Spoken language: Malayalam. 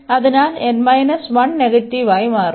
അതിനാൽ നെഗറ്റീവ് ആയി മാറും